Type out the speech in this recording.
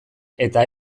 eta